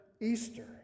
Easter